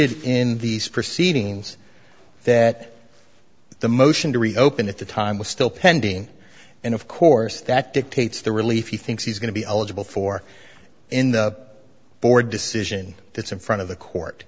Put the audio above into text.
d in these proceedings that the motion to reopen at the time was still pending and of course that dictates the relief he thinks he's going to be eligible for in the board decision that's in front of the court